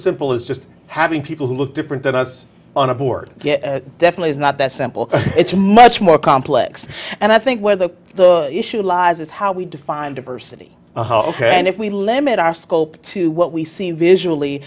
simple as just having people who look different than us on a board get definitely is not that simple it's much more complex and i think whether the issue lies is how we define diversity ok and if we limit our scope to what we see visually